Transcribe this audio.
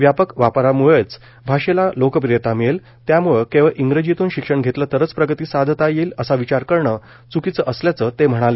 व्यापक वापराम्ळेच भाषेला लोकप्रियता मिळेल त्याम्ळं केवळ इंग्रजीतून शिक्षण घेतलं तरच प्रगती साधता येईल असा विचार करणे च्कीचं असल्याचं ते म्हणाले